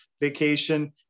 vacation